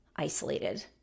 Isolated